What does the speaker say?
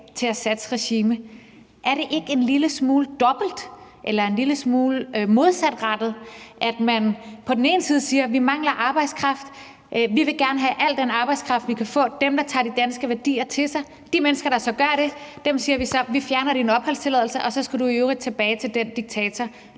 til Assads regime. Er det ikke en lille smule dobbelt eller en lille smule modsatrettet, at man på den ene side siger, at vi mangler arbejdskraft, og at vi gerne vil have al den arbejdskraft, vi kan få, og at man på den anden side siger til de mennesker der tager de danske værdier til sig: Vi fjerner din opholdstilladelse, og så skal du i øvrigt tilbage til den diktator,